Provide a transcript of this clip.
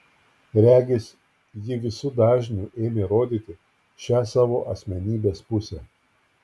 regis ji visu dažniu ėmė rodyti šią savo asmenybės pusę